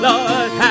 Lord